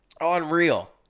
unreal